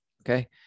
okay